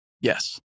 Yes